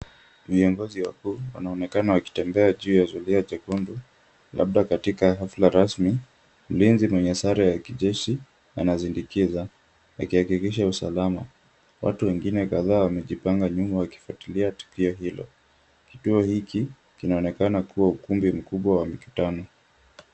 Viongozi wakuu wanaonekana wakitembea juu ya zulia jekundu labda katika hafla rasmi. Mlinizi mwenye sare ya kijeshi anasindikiza akihakikisha usalama. Watu wengine kadhaa wamejipanga nyuma wakifuatilia tukio hilo. Kituo hiki kinaonekana kuwa ukumbi mkubwa wa mkutano.